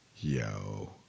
Yo